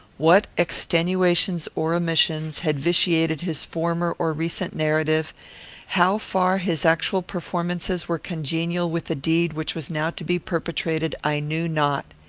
what extenuations or omissions had vitiated his former or recent narrative how far his actual performances were congenial with the deed which was now to be perpetrated, i knew not.